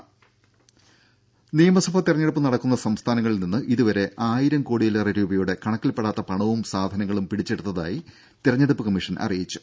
ദര നിയമസഭാ തെരഞ്ഞെടുപ്പ് നടക്കുന്ന സംസ്ഥാനങ്ങളിൽ നിന്ന് ഇതുവരെ ആയിരം കോടിയിലേറെ രൂപയുടെ കണക്കിൽപ്പെടാത്ത പണവും സാധനങ്ങളും പിടിച്ചെടുത്തതായി തെരഞ്ഞെടുപ്പ് കമ്മീഷൻ അറിയിച്ചു